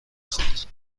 خورد